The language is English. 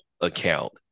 account